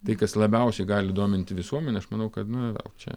tai kas labiausiai gali dominti visuomenę aš manau kad na čia